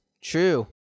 true